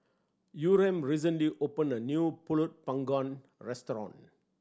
Yurem recently opened a new Pulut Panggang restaurant